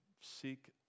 seek